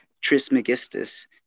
Trismegistus